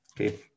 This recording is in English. okay